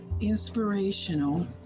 Inspirational